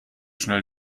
schnell